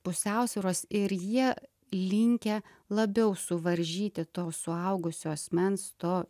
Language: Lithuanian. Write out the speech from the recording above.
pusiausvyros ir jie linkę labiau suvaržyti to suaugusio asmens to